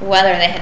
whether they had